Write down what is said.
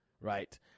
right